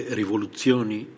rivoluzioni